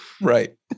Right